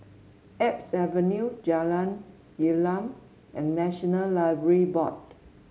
Alps Avenue Jalan Gelam and National Library Board